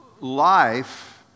life